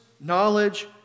knowledge